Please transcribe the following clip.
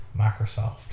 Microsoft